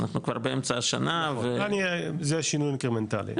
אנחנו כבר באמצע השנה ו- -- זה שינוי קרי מנטלי.